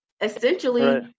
essentially